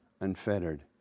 unfettered